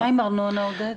ומה עם ארנונה, עודד?